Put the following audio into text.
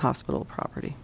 hospital property